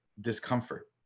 discomfort